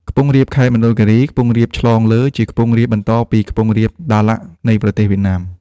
ខ្ពង់រាបខេត្តមណ្ឌលគីរី ខ្ពង់រាបឆ្លងលើ ជាខ្ពង់រាបបន្តពីខ្ពង់រាប ដាឡាក់ នៃប្រទេសវៀតណាម ។